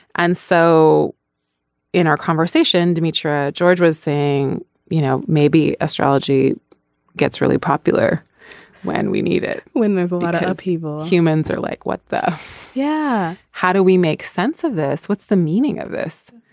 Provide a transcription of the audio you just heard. and so in our conversation to me sure ah george was saying you know maybe astrology gets really popular when we need it when there's a lot of upheaval. humans are like what. yeah. how do we make sense of this. what's the meaning of this.